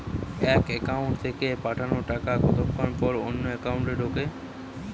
এক একাউন্ট থেকে পাঠানো টাকা কতক্ষন পর অন্য একাউন্টে ঢোকে?